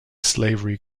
slavery